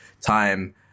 time